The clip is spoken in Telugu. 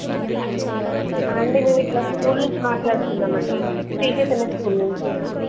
ఏవండీ మేమిట్లా స్కూల్ నుంచి మాట్లాడుతున్నామండి శ్రీ చైతన్య స్కూల్ నుంచి